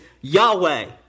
Yahweh